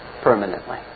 permanently